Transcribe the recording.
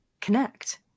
connect